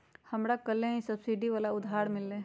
हमरा कलेह ही सब्सिडी वाला उधार मिल लय है